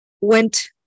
went